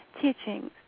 teachings